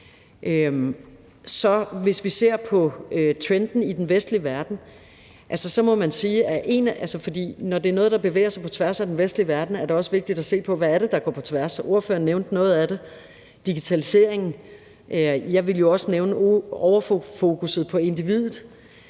Hvis vi ser på trenden i den vestlige verden, må vi sige, at det, når der er noget, der bevæger sig på tværs af den vestlige verden, også er vigtigt at se på, hvad det er, og ordføreren nævnte noget af det. Der er digitaliseringen, og jeg vil jo også nævne overfokusset på individet,